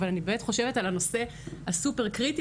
אבל אני באמת חושבת על הנושא הסופר קריטי